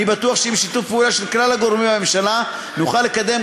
אני בטוח שעם שיתוף פעולה של כלל הגורמים בממשלה נוכל לקדם